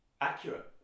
accurate